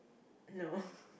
no